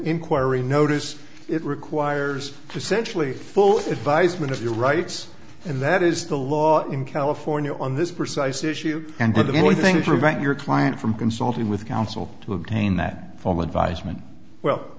inquiry notice it requires to sensually full advisement of your rights and that is the law in california on this precise issue and that the only thing preventing your client from consulting with counsel to obtain that form advisement well